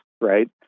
right